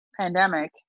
Pandemic